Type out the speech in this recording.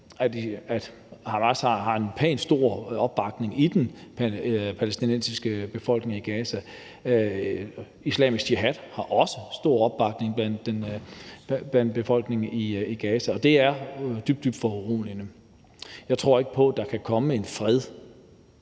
at Hamas har en pænt stor opbakning i den palæstinensiske befolkning i Gaza, og at Islamisk Jihad også har stor opbakning blandt befolkningen i Gaza, og det er dybt, dybt foruroligende. Jeg tror ikke på, at der kan komme en fred.